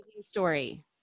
story